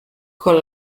con